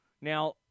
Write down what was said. Now